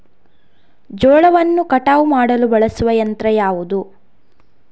ಜೋಳವನ್ನು ಕಟಾವು ಮಾಡಲು ಬಳಸುವ ಯಂತ್ರ ಯಾವುದು?